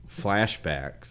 flashbacks